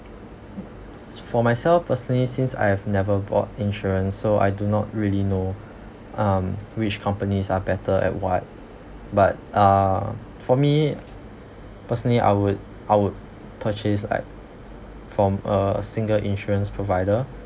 s~ for myself personally since i have never bought insurance so I do not really know um which companies are better at what but uh for me personally I would I would purchase like from a single insurance provider